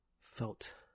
felt